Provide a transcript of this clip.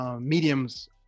Mediums